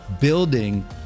building